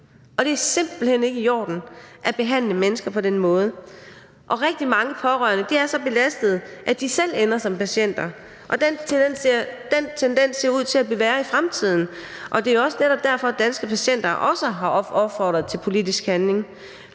Det er simpelt hen ikke i orden at behandle mennesker på den måde. Rigtig mange pårørende er så belastede, at de selv ender som patienter, og den tendens ser ud til at blive værre i fremtiden. Det er også netop derfor, at Danske Patienter også har opfordret til politisk handling.